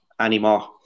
anymore